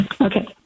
Okay